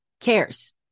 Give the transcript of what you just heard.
cares